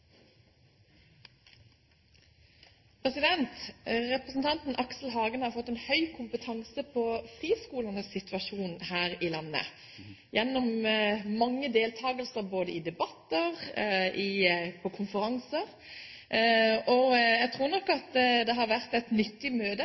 Representanten Aksel Hagen har fått en høy kompetanse på friskolenes situasjon her i landet gjennom mange deltakelser både i debatter og på konferanser. Jeg tror nok at det har vært et nyttig møte